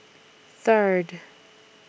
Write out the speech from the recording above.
Third